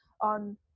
on